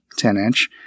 10-inch